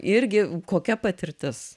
irgi kokia patirtis